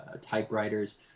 typewriters